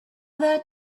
that